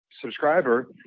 subscriber